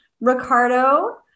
ricardo